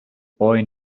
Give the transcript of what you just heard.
boy